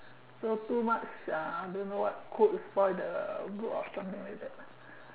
so do much uh do what could for the bull or something is it